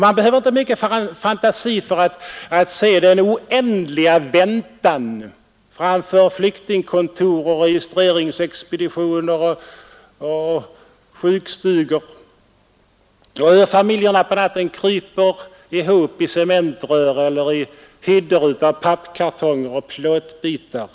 Man behöver inte mycket fantasi för att se den oändliga väntan framför flyktingkontor, registreringsexpeditioner och sjukstugor och hur familjerna på natten kryper ihop i cementrör eller i hyddor av pappkartonger och plåtbitar.